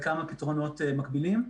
מקבילים,